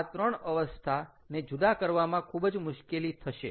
આ 3 અવસ્થાને જૂદા કરવામાં ખૂબ જ મુશ્કેલી થશે